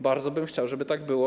Bardzo bym chciał, żeby tak było.